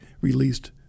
released